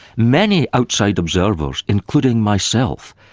many outside observers, including myself,